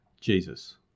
Jesus